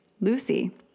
Lucy